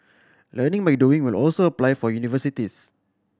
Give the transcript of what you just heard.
learning by doing will also apply for universities